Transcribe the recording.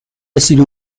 رسیدی